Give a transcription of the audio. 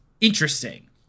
interesting